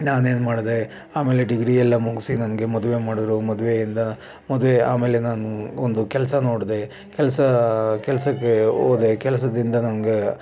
ನಾನೇನು ಮಾಡಿದೆ ಆಮೇಲೆ ಡಿಗ್ರಿ ಎಲ್ಲ ಮುಗಿಸಿ ನನಗೆ ಮದುವೆ ಮಾಡಿದರು ಮದುವೆ ಎಲ್ಲ ಮದುವೆ ಆಮೇಲೆ ನಾನು ಒಂದು ಕೆಲಸ ನೋಡಿದೆ ಕೆಲಸ ಕೆಲಸಕ್ಕೆ ಹೋದೆ ಕೆಲಸದಿಂದ ನನಗೆ